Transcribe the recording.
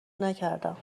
نکردم